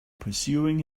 pursuing